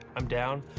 i'm down.